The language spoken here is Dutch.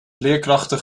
leerkrachten